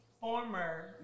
former